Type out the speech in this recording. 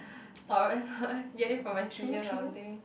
torrent lor get it from my seniors or something